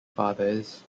fathers